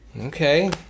Okay